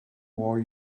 more